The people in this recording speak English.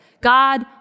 God